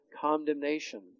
condemnation